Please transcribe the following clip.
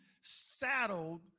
saddled